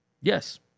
Yes